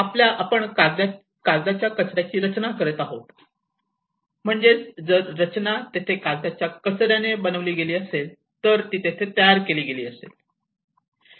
आपण कागदाच्या कचर्याची रचना करीत आहात म्हणजेच जर रचना तेथे कागदाच्या कचर्याने बनविली गेली असेल तर ती तेथे तयार केली गेली असेल